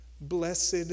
Blessed